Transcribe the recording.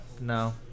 No